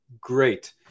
Great